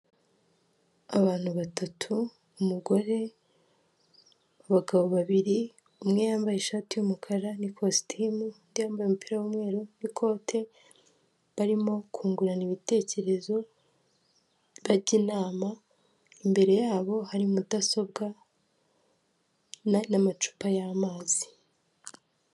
Abantu batatu umugore abagabo babiri umwe yambaye ishati y'umukara n'ikositimu, undi yambaye umupira w'umweru n'ikote barimo kungurana ibitekerezo bajya inama, imbere yabo hari mudasobwa n'amacupa y'amazi.